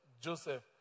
Joseph